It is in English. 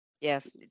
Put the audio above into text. Yes